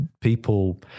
people